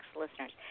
listeners